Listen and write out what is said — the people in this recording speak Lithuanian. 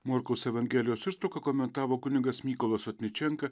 morkaus evangelijos ištrauką komentavo kunigas mykolas sotničenka